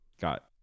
got